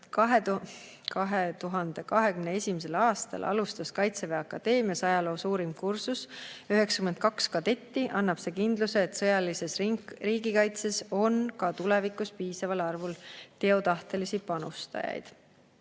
2021. aastal alustas Kaitseväe Akadeemias ajaloo suurim kursus, 92 kadetti, annab see kindluse, et sõjalises riigikaitses on ka tulevikus piisaval arvul teotahtelisi panustajaid.